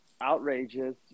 outrageous